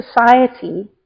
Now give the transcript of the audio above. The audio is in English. society